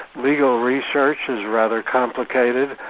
legal research is rather complicated,